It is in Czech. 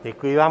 Děkuji vám.